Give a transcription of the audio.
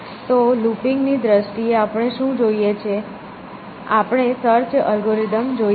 તો લૂપિંગ ની દ્રષ્ટિએ આપણે શું જોઈએ છે આપણે સર્ચ એલ્ગોરિધમ જોઈએ છે